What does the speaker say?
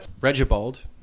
Regibald